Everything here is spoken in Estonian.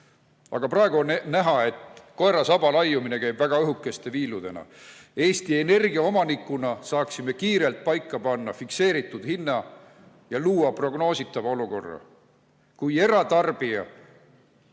Aga praegu on näha, et koera saba raiumine käib väga õhukeste viiludena. Eesti Energia omanikuna saaksime kiirelt paika panna fikseeritud hinna ja luua prognoositava olukorra. Kas eratarbija